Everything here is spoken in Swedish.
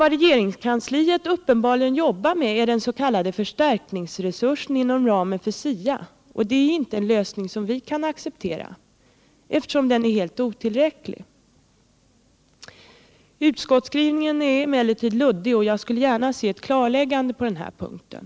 Vad regeringskansliet uppenbarligen jobbar med är den s.k. förstärkningsresursen inom ramen för SIA, men det är inte en lösning som vi kan acceptera, eftersom den är helt otillräcklig. Utskottsskrivningen är emellertid luddig, och jag skulle gärna se ett klarläggande på den punkten.